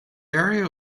area